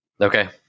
Okay